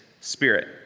spirit